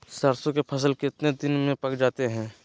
सरसों के फसल कितने दिन में पक जाते है?